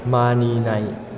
मानिनाय